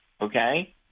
okay